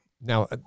Now